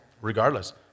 regardless